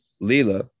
Lila